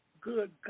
good